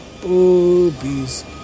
boobies